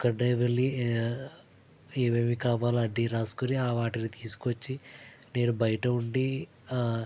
ఒక్కడినే వెళ్లి ఏమేమి కావాలో అది రాసుకుని ఆ వాటిని తీసుకొచ్చి నేను బయట ఉండి